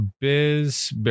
Biz